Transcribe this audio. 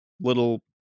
little